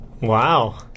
Wow